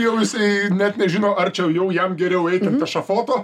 jau jisai net nežino ar čia jau jam geriau eit ant ešafoto